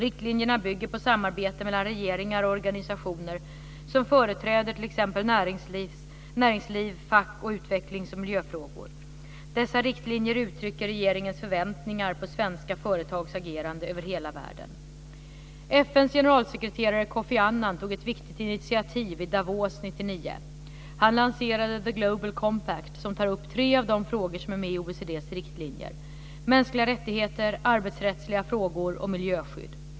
Riktlinjerna bygger på samarbete mellan regeringar och organisationer som företräder t.ex. Dessa riktlinjer uttrycker regeringens förväntningar på svenska företags agerande över hela världen. FN:s generalsekreterare Kofi Annan tog ett viktigt initiativ i Davos 1999. Han lanserade The Global Compact, som tar upp tre av de frågor som är med i OECD:s riktlinjer: mänskliga rättigheter, arbetsrättsliga frågor och miljöskydd.